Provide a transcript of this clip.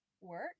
work